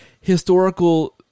historical